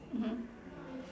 mmhmm